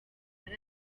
ari